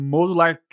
Modular